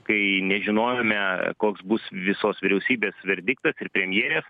kai nežinojome koks bus visos vyriausybės verdiktas ir premjerė